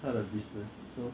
他的 business so